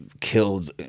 killed